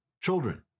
Children